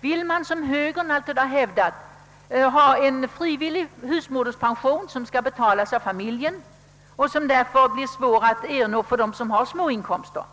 Vill man — såsom högern alltid hävdat — ha en frivillig husmorspension, som skall betalas av familjen och som därför blir svår att ernå för dem som har små inkomster?